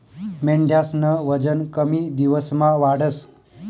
मेंढ्यास्नं वजन कमी दिवसमा वाढस